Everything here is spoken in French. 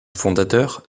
fondateur